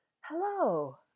Hello